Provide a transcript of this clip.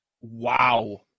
wow